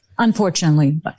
Unfortunately